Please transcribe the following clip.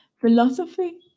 Philosophy